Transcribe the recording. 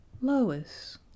Lois